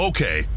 Okay